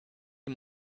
die